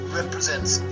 represents